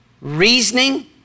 reasoning